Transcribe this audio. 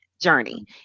journey